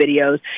videos